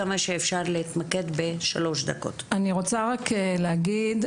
אני רוצה רק להגיד,